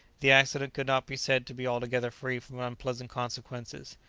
the accident could not be said to be altogether free from unpleasant consequences.